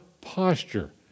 posture